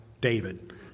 David